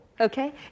okay